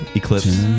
eclipse